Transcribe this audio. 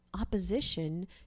opposition